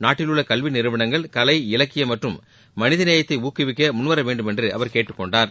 நாட்டில் உள்ள கல்வி நிறுவனங்கள் கலை இலக்கியம் மற்றும் மனிதநேயத்தை ஊக்குவிக்க முன்வர வேண்டும் என்று அவர் கேட்டுக் கொண்டார்